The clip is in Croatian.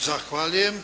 Zahvaljujem.